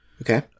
Okay